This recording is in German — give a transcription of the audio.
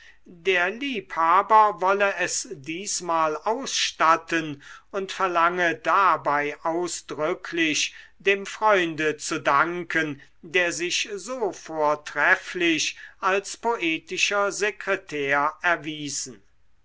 der liebhaber wolle es diesmal ausstatten und verlange dabei ausdrücklich dem freunde zu danken der sich so vortrefflich als poetischer sekretär erwiesen